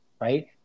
Right